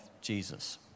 Jesus